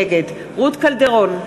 נגד רות קלדרון,